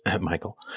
Michael